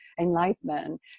enlightenment